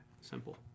simple